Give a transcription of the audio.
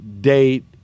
date